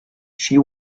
she